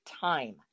time